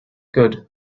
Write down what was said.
good